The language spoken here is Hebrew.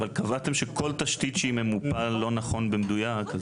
אבל קבעתם שכל תשתית שהיא ממופה לא נכון במדויק.